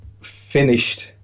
finished